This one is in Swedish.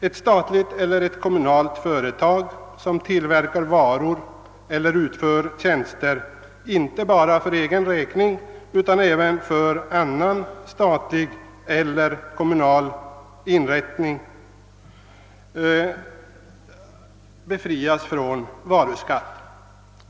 Ett statligt eller kommunalt företag som tillverkar varor eller utför tjänster inte bara för egen räkning utan även för annan statlig eller kommunal inrättnings behov är således helt befriat från varuskatt.